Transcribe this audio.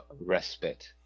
respite